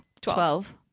Twelve